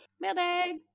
Mailbag